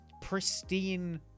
pristine